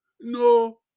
No